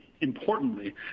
importantly